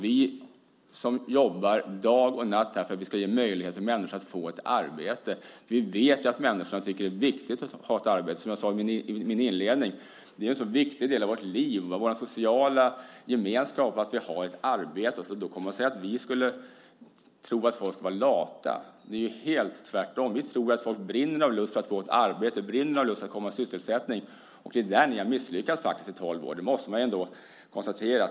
Vi jobbar ju dag och natt här för att ge möjligheter för människor att få ett arbete. Vi vet att människorna tycker att det är viktigt att ha ett arbete. Som jag sade i min inledning är det en så viktig del av vårt liv, vår sociala gemenskap, att vi har ett arbete. Då kommer man och säger att vi skulle tro att folk skulle vara lata. Det är ju helt tvärtom. Vi tror att folk brinner av lust att få ett arbete, brinner av lust att komma i sysselsättning. Det är där som ni faktiskt har misslyckats i tolv år. Det måste man ändå konstatera.